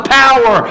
power